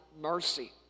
mercy